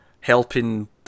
helping